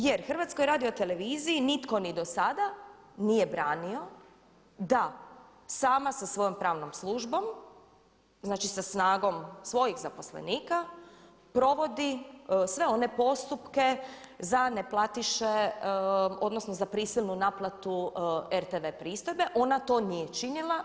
Jer Hrvatskoj radioteleviziji nitko ni do sada nije branio da sama sa svojom pravnom službom, znači sa snagom svojih zaposlenika provodi sve one postupke za neplatiše odnosno za prisilnu naplatu RTV pristojbe, ona to nije činila.